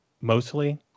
mostly